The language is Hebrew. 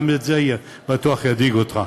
גם זה בטוח ידאיג אותך,